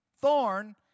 thorn